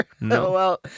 No